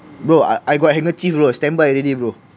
bro I I've got handkerchief bro standby already bro